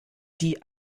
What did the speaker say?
die